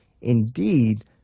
indeed